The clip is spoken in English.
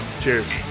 Cheers